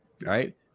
right